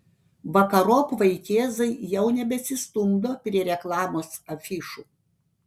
vakarop vaikėzai jau nebesistumdo prie reklamos afišų